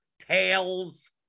tails